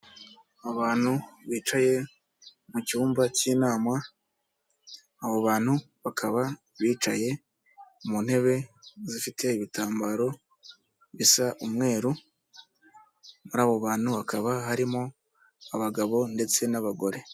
Abantu bicaye mu cyumba cy'inama, abo bantu bakaba bicaye mu ntebe zifite ibitambaro bisa umweru, muri abo bantu hakaba harimo abagabo ndetse n'abagore.